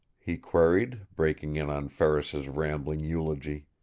he queried, breaking in on ferris's rambling eulogy.